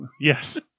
Yes